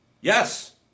yes